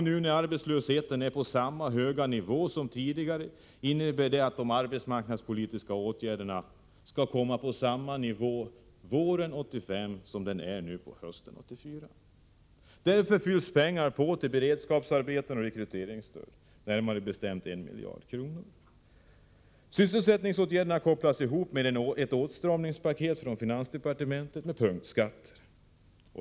Nu, när arbetslösheten är på samma höga nivå som tidigare, innebär det att de arbetsmarknadspolitiska åtgärderna skall hamna på samma nivå våren 1985 som under hösten 1984. Därför fylls pengar på till beredskapsarbeten och rekryteringsstöd, närmare bestämt 1 miljard kronor. Sysselsättningsåtgärderna kopplas ihop med ett åtstramningspaket från finansdepartementet med punktskatter.